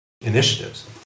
initiatives